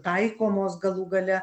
taikomos galų gale